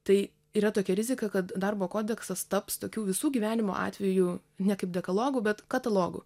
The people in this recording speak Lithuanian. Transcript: tai yra tokia rizika kad darbo kodeksas taps tokių visų gyvenimo atvejų ne kaip dekalogu bet katalogu